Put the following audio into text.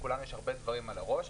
לכולם יש הרבה דברים על הראש.